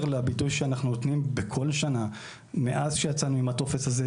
לביטוי שאנחנו נותנים בכל שנה מאז שיצאנו עם הטופס הזה,